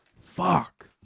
Fuck